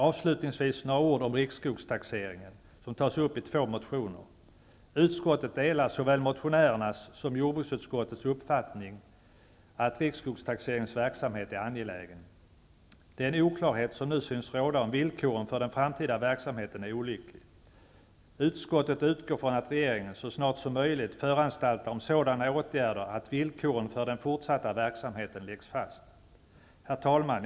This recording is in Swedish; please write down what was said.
Avslutningsvis några ord om riksskogstaxeringen, som tas upp i två motioner. Utskottet delar såväl motionärernas som jordbruksutskottets uppfattning att riksskogstaxeringens verksamhet är angelägen. Den oklarhet som nu synes råda om villkoren för den framtida verksamheten är olycklig. Utskottet utgår från att regeringen så snart som möjligt föranstaltar om sådana åtgärder att villkoren för den fortsatta verksamheten läggs fast. Herr talman!